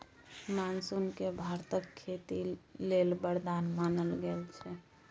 monsoon केँ भारतक खेती लेल बरदान मानल गेल छै